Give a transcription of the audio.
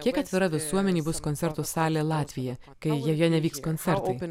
kiek atvira visuomenei bus koncertų salė latvija kai joje nevyks koncertai